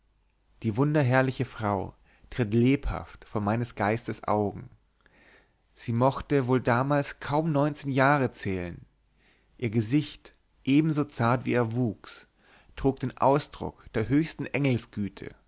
die wunderherrliche frau tritt lebhaft vor meines geistes augen sie mochte wohl damals kaum neunzehn jahre zählen ihr gesicht ebenso zart wie ihr wuchs trug den ausdruck der höchsten